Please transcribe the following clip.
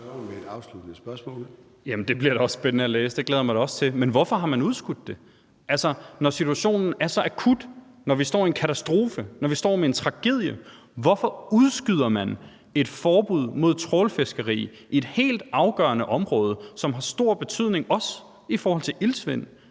jeg mig da også til. Men hvorfor har man udskudt det? Altså, når situationen er så akut, når vi står i en katastrofe, og når vi står med en tragedie, hvorfor udskyder man et forbud mod trawlfiskeri i et helt afgørende område, som har stor betydning, også i forhold til iltsvind?